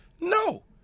no